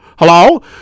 Hello